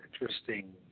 interesting